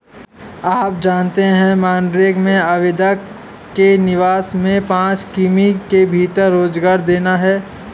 आप जानते है मनरेगा में आवेदक के निवास के पांच किमी के भीतर रोजगार देना है?